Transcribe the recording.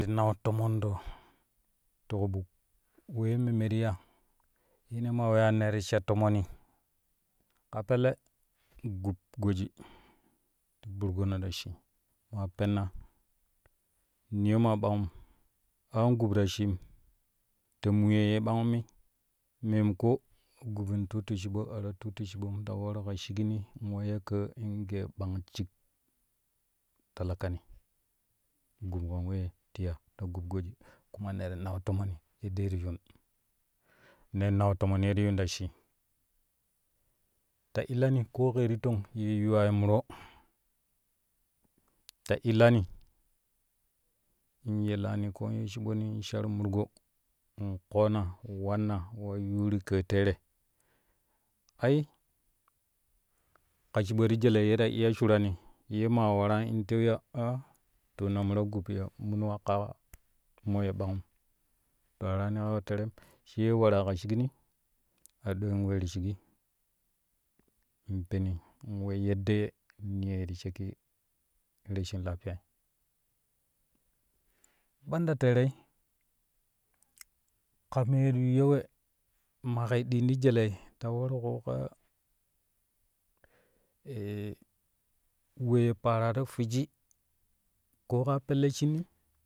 Ti nau tomondo ti ƙuɓuk wee memme ti ya shine ma weyya ne ti sha tomoni kaa pelle gub goji burgono ta shi maa penna niyo maa ɓangum a an gub ta shiim ta muye ya ɓangum mi maimako gubin tuutu shiɓo a ta tuutu shiɓom ta waru ka shikni in wa ya ƙaa in gee ɓang shik takalani gub kam weyye ti ya ta gub hoji kuma ne ti nau tomani yeddee ti yuun nee nau tomoni yeddee ti yuun ta shii ta illani koo kɛ ti tong ye yuwai muro ta illani in ye laani koom ye shiɓoni shar murgo in ƙoona in wanna in wa yuuru ƙaa tere ai ka shiɓo ti jelei ye ta iya shurani ye ma waraa in tewi a tuunamu ta gub ya mun wa kaa moye ɓangum to a ta yaani kaa wo terem sai waraa ka shikni aɗoi in weeru shigi in peni in we yeddee niyoi ti shakkii rashin lafiya banda terei ka mee ti yuyyo we maƙee diin ti jelei ta warƙo ma wee pararo fwiji ko ka pelle ko ka pelle shinyi.